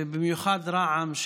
ובמיוחד רע"מ,